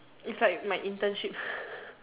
is like my internship